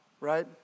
right